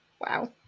Wow